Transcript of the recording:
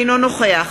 אינו נוכח